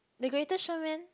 the Greatest Showman